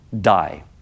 die